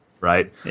right